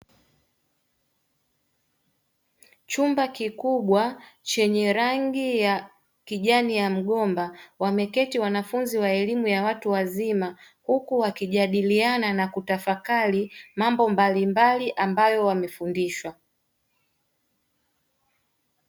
Chumba kikubwa chenye rangi ya kijani ya mgomba, wameketi wanafunzi wa elimu ya watu wazima, huku wakijadiliana na kutafakari mambo mbalimbali ambayo wamefundishwa.